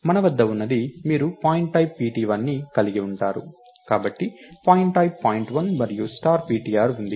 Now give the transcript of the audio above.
మన వద్ద ఉన్నది మీరు పాయింట్టైప్ pt1ని కలిగి ఉంటారు కాబట్టి పాయింట్టైప్ పాయింట్1 మరియు స్టార్ ptr ఉంది